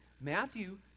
Matthew